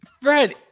Fred